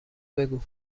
بگو